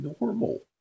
normal